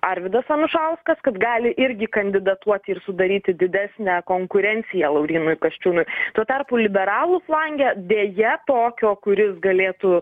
arvydas anušauskas kad gali irgi kandidatuot ir sudaryt didesnę konkurenciją laurynui kasčiūnui tuo tarpu liberalų flange deja tokio kuris galėtų